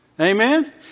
Amen